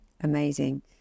Amazing